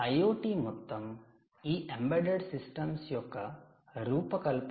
IoT మొత్తం ఈ embedded systems యొక్క రూపకల్పన